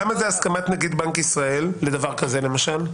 למה זה הסכמת נגיד בנק ישראל לדבר כזה למשל?